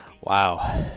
Wow